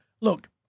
look